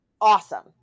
awesome